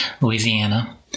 Louisiana